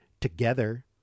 together